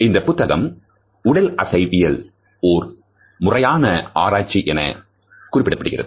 இந்த புத்தகம் உடலசைவியலில் ஓர் முறையான ஆராய்ச்சி என குறிப்பிடப்படுகிறது